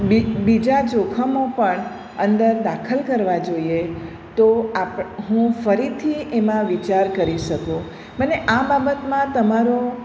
બીજા જોખમો પણ અંદર દાખલ કરવા જોઈએ તો હું ફરીથી એમાં વિચાર કરી શકું મને આ બાબતમાં તમારું